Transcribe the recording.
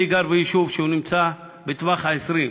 אני גר ביישוב שנמצא בטווח ה-20.